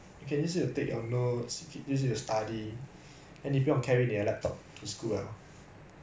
okay lah for me it's more of like convenience sake that's why I'm buying it lor like I hope really hope that it will help me lah